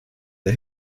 der